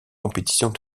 compétitions